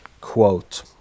Quote